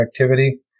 activity